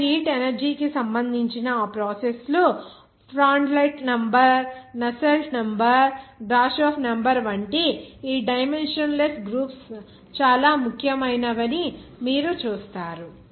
అక్కడ heat energy కి సంబంధించిన ఆ ప్రాసెస్ లు Prandtl number Nusselt number Grashof number వంటి ఈ డైమెన్షన్ లెస్ గ్రూప్స్ చాలా ముఖ్యమైనవి అని మీరు చూస్తారు